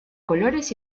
colores